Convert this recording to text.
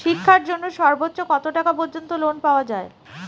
শিক্ষার জন্য সর্বোচ্চ কত টাকা পর্যন্ত লোন পাওয়া য়ায়?